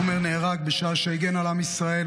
עומר נהרג בשעה שהגן על עם ישראל,